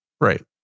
right